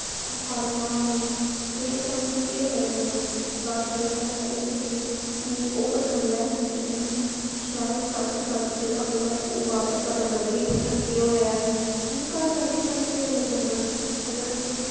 अखबांरा ना होन ते स्हानू केह् पता चलना बाह्र केह् चला दा इस लेई कि मिगी ओह् पसंद ऐ जो मिगी शैल सच्च सच्च जेह्ड़ा ओ ऐ ओह् बाह्र दा पता चलदा कि कुत्थेैकेह् होआ ऐ कि मीं घर बैठे स्हानू केह् पता चलना अगर अस